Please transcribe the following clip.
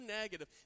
negative